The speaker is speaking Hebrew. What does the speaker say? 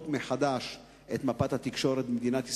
מחדש את מפת התקשורת במדינת ישראל.